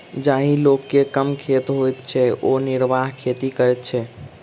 जाहि लोक के कम खेत होइत छै ओ निर्वाह खेती करैत छै